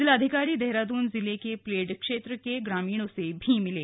जिलाधिकारी देहरादून जिले के प्लेड क्षेत्र के ग्रामीणों से भी मिले